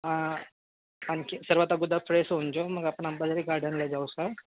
आणखी सर्वात अगोदर फ्रेश होऊन जाऊ मग आपण अंबाझरी गार्डनला जाऊ सर